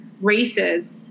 races